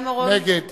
נגד